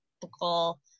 typical